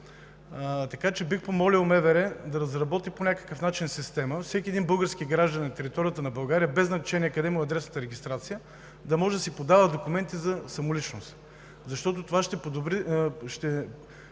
един ден. Бих помолил МВР да разработи по някакъв начин система всеки един български гражданин на територията на България, без значение къде му е адресната регистрация, да може да си подава документи за самоличност. Това ще подобри